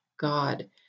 God